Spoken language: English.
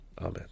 amen